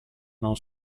non